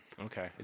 okay